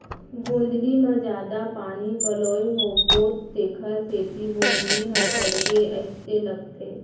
गोंदली म जादा पानी पलोए होबो तेकर सेती गोंदली ह सड़गे अइसे लगथे